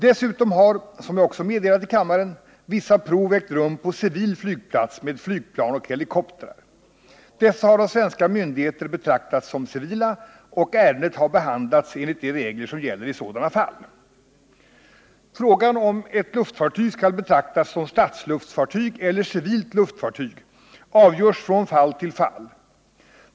Dessutom har, som jag också meddelat i kammaren, vissa prov ägt rum på civil flygplats med flygplan och helikoptrar. Dessa har av svenska myndigheter betraktats som civila, och ärendet har behandlats enligt de regler som gäller i sådana fall. Frågan om huruvida ett luftfartyg skall betraktas som statsluftfartyg eller civilt luftfartyg avgörs från fall till fall.